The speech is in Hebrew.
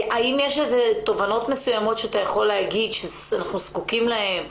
האם יש איזה תובנות מסוימות שאתה יכול להגיד שאנחנו זקוקים להן?